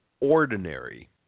ordinary